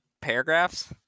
paragraphs